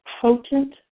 potent